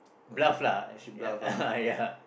bluff lah actually uh ya